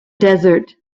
desert